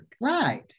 Right